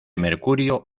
mercurio